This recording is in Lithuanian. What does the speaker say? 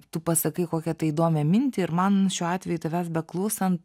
tu pasakai kokią tai įdomią mintį ir man šiuo atveju tavęs beklausant